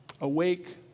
awake